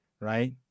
right